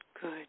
Good